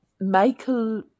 Michael